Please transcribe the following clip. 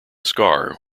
scar